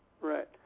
Right